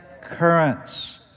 currents